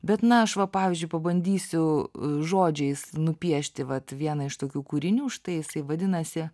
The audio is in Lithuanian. bet na aš va pavyzdžiui pabandysiu žodžiais nupiešti vat vieną iš tokių kūrinių štai jisai vadinasi